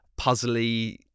puzzly